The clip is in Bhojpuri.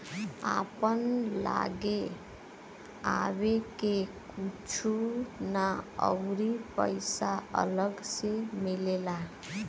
आपन लागे आवे के कुछु ना अउरी पइसा अलग से मिलेला